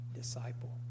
disciple